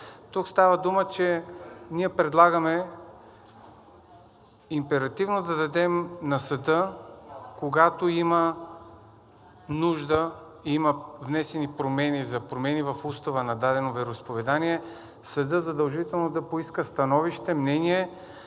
Тук става дума, че ние предлагаме императивно да дадем на съда, когато има нужда и има внесени промени в устава на дадено вероизповедание, съдът задължително да поиска становище, мнение